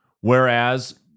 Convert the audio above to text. Whereas